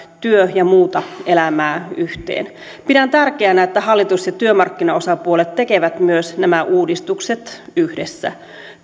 työ ja muuta elämää yhteen pidän tärkeänä että hallitus ja työmarkkinaosapuolet tekevät myös nämä uudistukset yhdessä